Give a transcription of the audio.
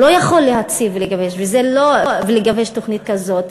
הוא לא יכול להציב ולגבש תוכנית כזו.